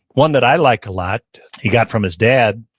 one that i like a lot he got from his dad,